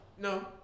No